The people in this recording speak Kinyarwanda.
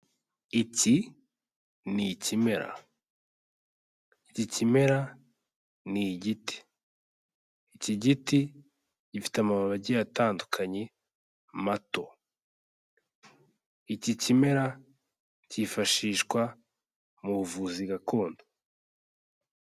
Iki ni ikimera. Iki kimera ni igiti. Iki giti gifite amababi agiye atandukanye, mato. Iki kimera cyifashishwa mu buvuzi gakondo.